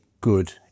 good